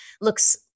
looks